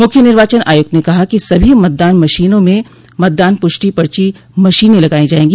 मुख्य निवार्चन आयुक्त ने कहा कि सभी मतदान मशीनों में मतदान पुष्टि पची मशीनें लगाई जायेंगी